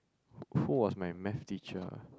who was my math teacher